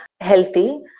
healthy